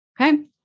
Okay